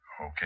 Okay